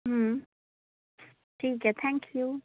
ठीक आहे थँक्यू